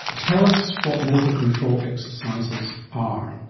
tell us what motor control exercises are.